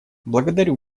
благодарю